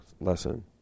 lesson